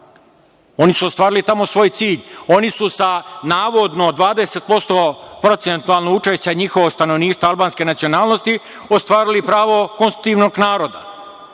Oni su ostvarili tamo svoj cilj. Oni su sa navodno 20% procentualnog učešća, njihovog stanovništva albanske nacionalnosti, ostvarili pravo konstruktivnog naroda,